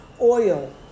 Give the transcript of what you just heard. oil